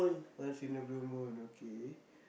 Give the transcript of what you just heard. once in a blue moon okay